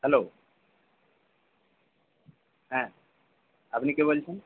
hello হ্যাঁ আপনি কে বলছেন